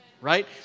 Right